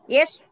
Yes